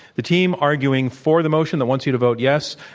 the team arguing for the motion that want you to vote yes,